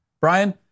Brian